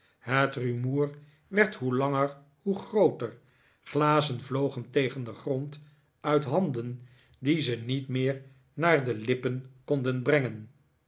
het rumoer werd hoe langer hoe grooter glazen vlogen tegen den grond uit handen die ze niet meer naar de lippen konden brengen